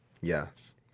yes